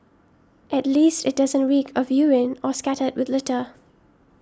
at least it doesn't reek of urine or scattered with litter